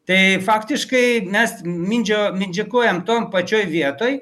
tai faktiškai mes mindžio mindžikuojam tom pačioj vietoj